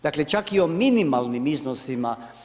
Dakle, čak i o minimalnim iznosima.